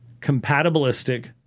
compatibilistic